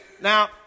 Now